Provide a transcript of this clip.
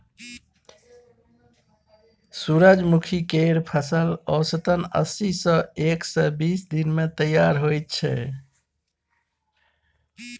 सूरजमुखी केर फसल औसतन अस्सी सँ एक सय बीस दिन मे तैयार होइ छै